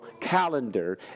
calendar